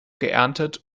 geerntet